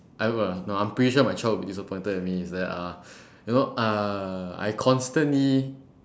I will no but I'm pretty sure my child will be disappointed at me is that uh you know uh I constantly